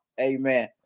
Amen